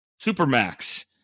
Supermax